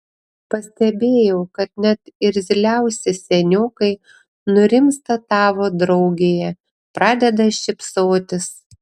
pastebėjau kad net irzliausi seniokai nurimsta tavo draugėje pradeda šypsotis